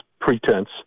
pretense